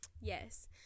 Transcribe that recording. yes